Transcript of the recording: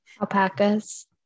Alpacas